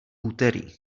úterý